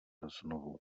znovu